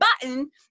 button